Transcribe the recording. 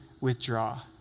withdraw